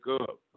up